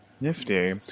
Nifty